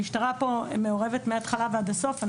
המשטרה כאן מעורבת מהתחלה ועד הסוף.